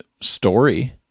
story